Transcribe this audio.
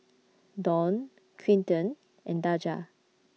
Dawne Quinten and Daja